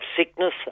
sickness